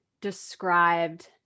described